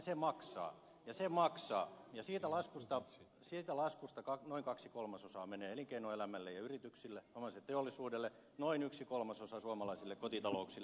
se maksaa ja siitä laskusta noin kaksi kolmasosaa menee elinkeinoelämälle ja yrityksille suomalaiselle teollisuudelle noin yksi kolmasosa suomalaisille kotitalouksille